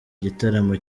gitaramo